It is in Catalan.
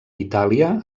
itàlia